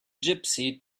gypsy